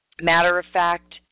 matter-of-fact